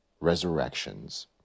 Resurrections